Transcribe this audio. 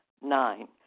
Nine